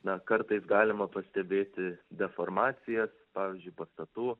na kartais galima pastebėti deformacijas pavyzdžiui pastatų